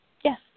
Yes